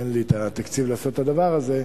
אין לי התקציב לעשות את הדבר הזה,